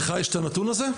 לך יש את הנתון הזה?